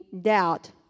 doubt